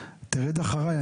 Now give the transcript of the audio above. תרד אחריי,